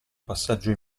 passaggio